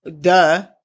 Duh